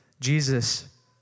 Jesus